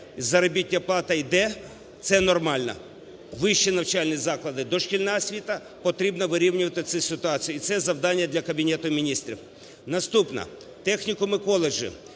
заробітна плата йде, це нормально. Вищі навчальні заклади і дошкільна освіта - потрібно вирівнювати цю ситуацію. І це завдання для Кабінету Міністрів. Наступне. Технікуми і коледжі.